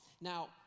Now